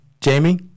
Jamie